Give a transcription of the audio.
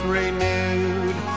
renewed